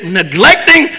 neglecting